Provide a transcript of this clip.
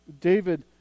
David